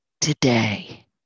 today